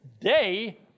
day